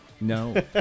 No